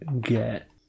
get